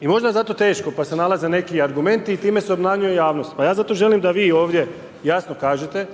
i možda je zato i teško pa se nalaze neki argumenti i time se obmanjuje javnost pa ja zato želim da vi ovdje jasno kažete